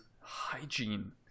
hygiene